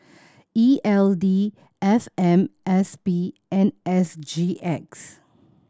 E L D F M S P and S G X